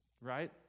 right